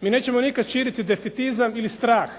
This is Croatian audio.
Mi nećemo nikad širiti defetizam ili strah